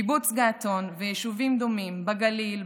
קיבוץ געתון ויישובים דומים בגליל,